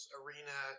arena